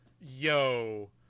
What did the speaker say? yo